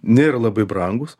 nėra labai brangūs